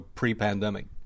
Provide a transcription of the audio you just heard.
pre-pandemic